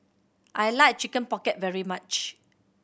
I like Chicken Pocket very much